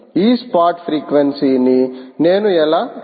ఈ spot frequency ని నేను ఎలా కనుగొనగలను